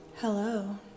Hello